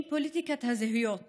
אם פוליטיקת הזהויות